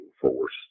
force